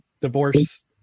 divorce